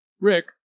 Rick